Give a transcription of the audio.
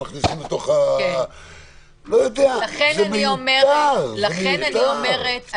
לא יודע, זה מיותר, זה מיותר.